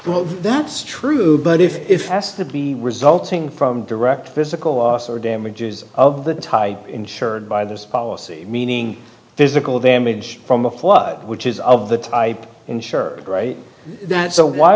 well that's true but if has to be resulting from direct physical loss or damages of the type insured by this policy meaning physical damage from a flood which is of the type insured right that so why